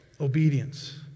obedience